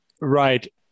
Right